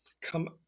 come